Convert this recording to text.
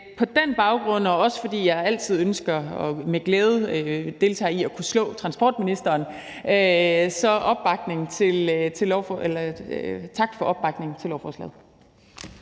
på den baggrund, og også fordi jeg altid ønsker og med glæde deltager i at slå transportministeren, siger jeg tak for opbakningen til lovforslaget.